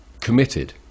committed